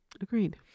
agreed